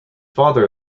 father